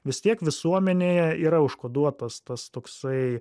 vis tiek visuomenėje yra užkoduotas tas toksai